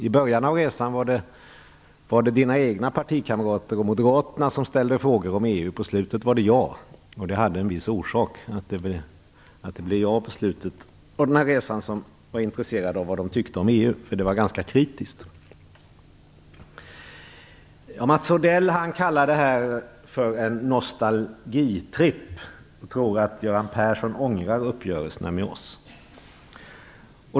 I början av resan var det Per-Ola Erikssons egna partikamrater och moderaterna i gruppen som ställde frågor om EU, och på slutet var det jag. Att det i slutet av resan var jag som intresserade mig för vad företagarna tyckte om EU hade en viss orsak. De var nämligen ganska kritiska. Mats Odell kallar det här en nostalgitripp och tror att Göran Persson ångrar uppgörelserna med oss.